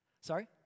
Sorry